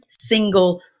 single